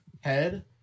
head